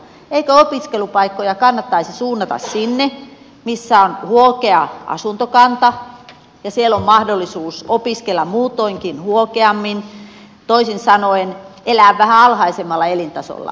eikö opiskelupaikkoja kannattaisi suunnata sinne missä on huokea asuntokanta ja siellä on mahdollisuus opiskella muutoinkin huokeammin toisin sanoen elää vähän alhaisemmalla elintasolla